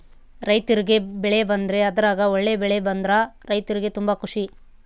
ರೈರ್ತಿಗೆ ಬೆಳೆ ಬಂದ್ರೆ ಅದ್ರಗ ಒಳ್ಳೆ ಬೆಳೆ ಬಂದ್ರ ರೈರ್ತಿಗೆ ತುಂಬಾ ಖುಷಿ